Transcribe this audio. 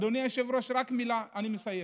אדוני היושב-ראש, רק מילה, אני מסיים.